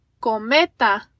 Cometa